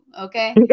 okay